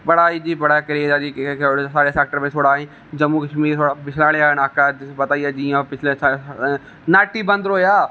बड़ा जी बड़ा क्रेज है जी साढ़े सेक्टर बिच थोह्ड़ा ताी जम्मू कशमीर साढ़े गै इलाके ऐ तुसें गी पता गै है पिच्छै नेट ही बंद रेहा